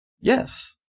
Yes